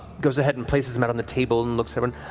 goes ahead and places them out on the table and looks at and